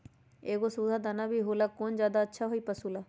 एगो सुधा दाना भी होला कौन ज्यादा अच्छा होई पशु ला?